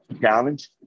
Challenge